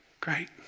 Great